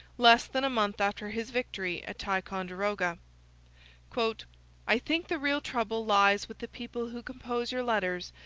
less than a month after his victory at ticonderoga i think the real trouble lies with the people who compose your letters,